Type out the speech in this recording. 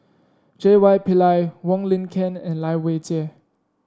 J Y Pillay Wong Lin Ken and Lai Weijie